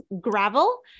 gravel